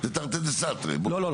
זה --- לא,